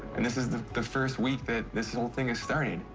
and this is the the first week that this whole thing is starting,